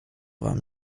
wam